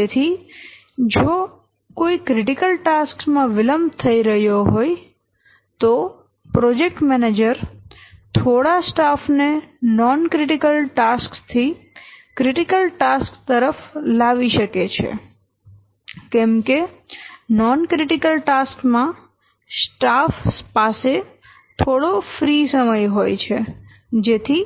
તેથી જો કોઈ ક્રિટીકલ ટાસ્કસ માં વિલંબ થઈ રહ્યો હોય તો પ્રોજેક્ટ મેનેજર થોડા સ્ટાફ ને નોન ક્રિટીકલ ટાસ્કસ થી ક્રિટીકલ ટાસ્કસ તરફ લગાવી શકે છે કેમ કે નોન ક્રિટીકલ ટાસ્કસ માં સ્ટાફ પાસે થોડો ફ્રી સમય હોય છે જેથી